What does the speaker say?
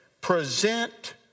present